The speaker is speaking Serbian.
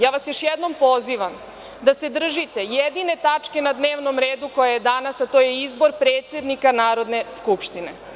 Ja vas još jednom pozivam da se držite jedine tačke na dnevnom redu koja je danas, a to je izbor predsednika Narodne skupštine.